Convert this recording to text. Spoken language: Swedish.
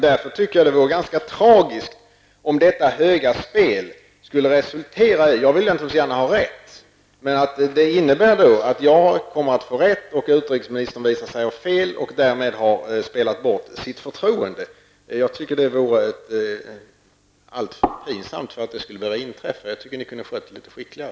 Därför tycker jag att det vore ganska tragiskt -- även om jag naturligtvis gärna vill ha rätt -- om detta höga spel skulle resultera i att jag får rätt och utrikesministern visar sig ha fel och därmed har spelat bort sitt förtroende. Jag tycker det vore alltför pinsamt för att det skulle kunna få inträffa. Jag tycker att ni kunde ha skött detta litet skickligare.